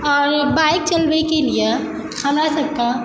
bike चलबैके लिए हमरा सभके